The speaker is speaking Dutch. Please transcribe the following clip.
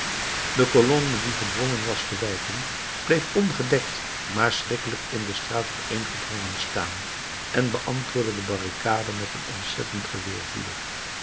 de colonne die gedwongen was te wijken bleef ongedekt maar schrikkelijk in de straat opeengedrongen staan en beantwoordde de barricade met een ontzettend